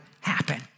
happen